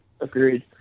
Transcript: Agreed